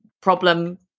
problem